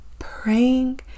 praying